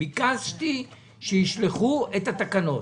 ביקשתי שישלחו את התקנות.